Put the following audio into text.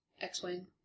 X-Wing